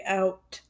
out